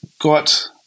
got